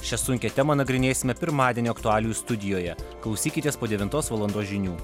šią sunkią temą nagrinėsime pirmadienio aktualijų studijoje klausykitės po devintos valandos žinių